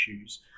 issues